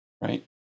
right